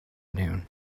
noon